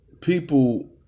people